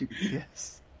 Yes